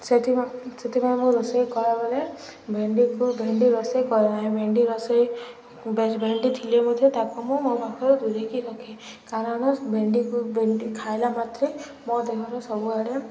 ସେଥିମ ସେଥିପାଇଁ ମୁଁ ରୋଷେଇ କଲାବେଳେ ଭେଣ୍ଡିକୁ ଭେଣ୍ଡି ରୋଷେଇ କରାଏଁ ଭେଣ୍ଡି ରୋଷେଇ ଭେଣ୍ଡି ଥିଲେ ମଧ୍ୟ ତାକୁ ମୁଁ ମୋ ପାଖରେ ଦୂରେଇକି ରଖେ କାରଣ ଭେଣ୍ଡିକୁ ଭେଣ୍ଡି ଖାଇଲା ମାତ୍ରେ ମୋ ଦେହର ସବୁଆଡ଼େ